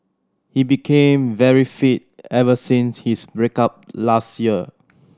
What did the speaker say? he became very fit ever since his break up last year